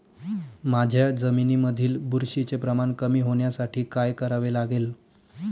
माझ्या जमिनीमधील बुरशीचे प्रमाण कमी होण्यासाठी काय करावे लागेल?